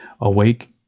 Awake